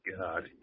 god